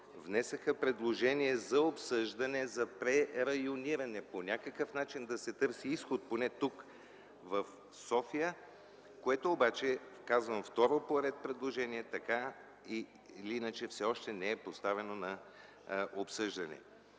внесоха предложение за обсъждане за прерайониране, по някакъв начин да се търси изход, поне тук – в София, което обаче, казвам второ поред предложение, така или иначе, не е поставено на обсъждане.